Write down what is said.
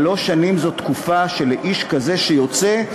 שלוש שנים הן תקופה שלאיש כזה שיוצא,